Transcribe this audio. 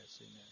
Amen